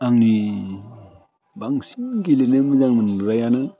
आंनि बांसिन गेलेनाय मोजां मोनग्रायानो